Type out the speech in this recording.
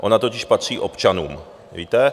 Ona totiž patří občanům, víte?